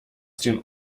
den